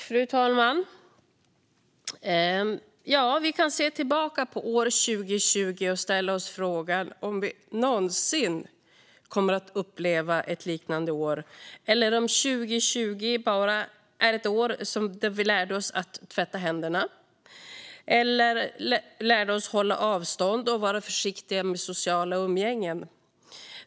Fru talman! Vi kan se tillbaka på år 2020 och ställa oss frågan om vi någonsin kommer att uppleva ett liknande år eller om år 2020 bara var ett år då vi lärde oss att tvätta händerna, hålla avstånd och vara försiktiga med socialt umgänge.